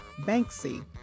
Banksy